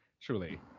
Truly